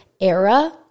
era